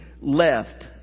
left